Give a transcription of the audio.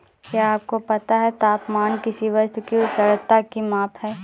क्या आपको पता है तापमान किसी वस्तु की उष्णता की माप है?